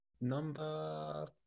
number